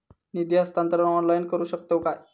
निधी हस्तांतरण ऑनलाइन करू शकतव काय?